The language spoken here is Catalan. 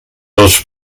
els